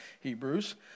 Hebrews